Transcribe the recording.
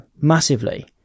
massively